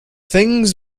things